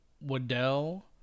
Waddell